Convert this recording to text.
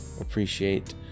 appreciate